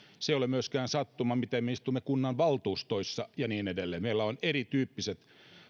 ei ole sattuma miten me istumme kunnanvaltuustoissa ja niin edelleen meillä on erityyppiset